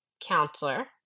counselor